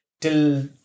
till